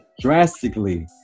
Drastically